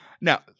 Now